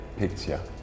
picture